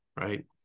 right